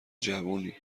جوونی